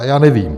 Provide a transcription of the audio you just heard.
Já nevím.